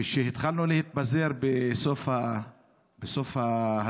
כשהתחלנו להתפזר בסוף ההלוויה,